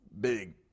big